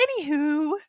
anywho